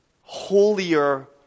holier